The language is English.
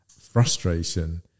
frustration